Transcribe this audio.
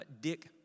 Dick